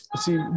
see